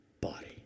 body